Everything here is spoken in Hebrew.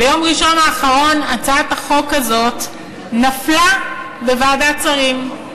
ביום ראשון האחרון הצעת החוק הזאת נפלה בוועדת שרים.